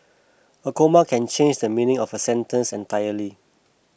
a comma can change the meaning of a sentence entirely